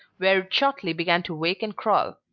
where it shortly began to wake and crawl.